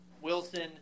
Wilson